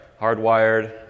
Hardwired